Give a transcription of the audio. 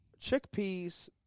chickpeas